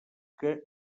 que